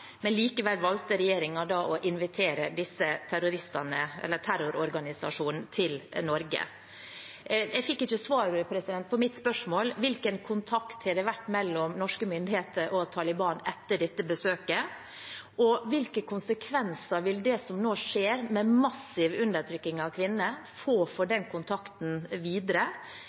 Men likevel valgte regjeringen å invitere denne terrororganisasjonen til Norge. Jeg fikk ikke svar på mitt spørsmål: Hvilken kontakt har det vært mellom norske myndigheter og Taliban etter dette besøket? Og hvilke konsekvenser vil det som nå skjer, med massiv undertrykking av kvinner, få for den kontakten videre?